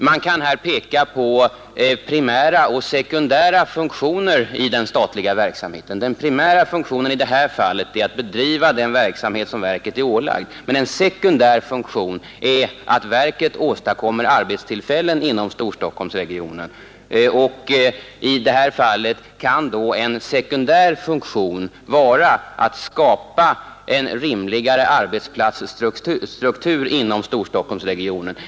Man kan här peka på primära och sekundära funktioner i den statliga verksamheten. Den primära funktionen är i detta fall att bedriva den verksamhet som är ålagd verket, medan en sekundär funktion är att Nr 138 verket åstadkommer arbetstillfällen inom Storstockholmsregionen. I en Fredagen den sekundär funktion för statlig verksamhet kan ingå att skapa en rimligare 3 december 1971 arbetsplatsstruktur inom Storstockholmsregionen.